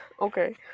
okay